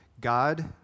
God